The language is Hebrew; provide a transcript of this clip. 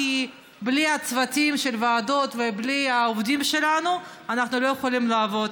כי בלי הצוותים של הוועדות ובלי העובדים שלנו אנחנו לא יכולים לעבוד.